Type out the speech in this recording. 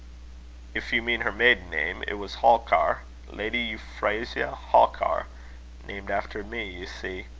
if you mean her maiden name, it was halkar lady euphrasia halkar named after me, you see.